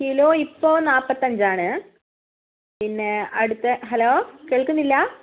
kilo ഇപ്പോൾ നാൽപത്തഞ്ച് ആണ് പിന്നെ അടുത്ത ഹലോ കേൾക്കുന്നില്ലേ